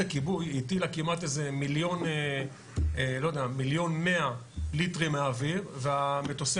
הכיבוי הטילה כמעט 1.1 מיליון ליטרים באוויר ומטוסי